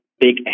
big